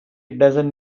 dozen